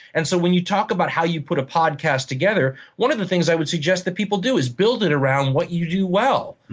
and so when you talk about how you put a podcast together, one of the things i would suggest that people do is build it around what you do well.